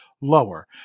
lower